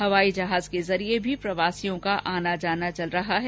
हवाई जहाज के माध्यम से भी प्रवासियों का आनाजाना चल रहा है